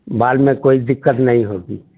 बाद में कोई दिक्कत नहीं होगी